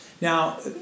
Now